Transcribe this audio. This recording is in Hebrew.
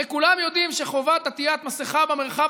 הרי כולם יודעים שחובות עטיית מסכה במרחב